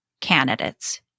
candidates